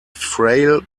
frail